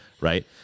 Right